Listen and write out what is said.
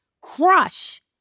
crush